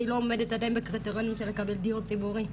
אני לא עומדת עדיין בקריטריונים של לקבל דיור ציבורי,